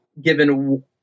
given